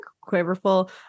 quiverful